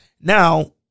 Now